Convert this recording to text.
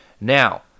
now